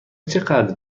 چقدر